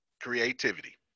Creativity